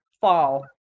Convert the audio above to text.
fall